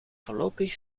voorlopig